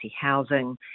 housing